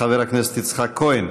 חבר הכנסת יצחק כהן.